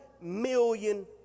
million